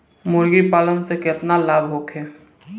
मुर्गीपालन से केतना लाभ होखे?